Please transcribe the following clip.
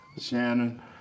Shannon